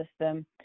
system